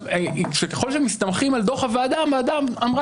ככל שמסתמכים על דוח הוועדה,